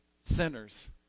sinners